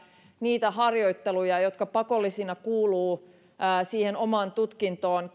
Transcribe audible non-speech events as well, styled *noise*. niitä harjoitteluja jotka pakollisena kuuluvat siihen omaan tutkintoon *unintelligible*